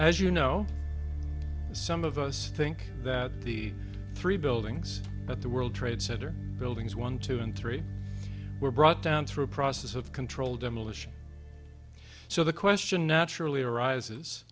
as you know some of us think that the three buildings at the world trade center buildings one two and three were brought down through a process of controlled demolition so the question naturally arises